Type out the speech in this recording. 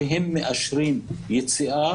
וכשהם מאשרים יציאה,